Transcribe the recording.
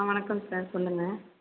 ஆ வணக்கம் சார் சொல்லுங்கள்